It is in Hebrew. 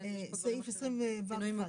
סעיף 20ו(1).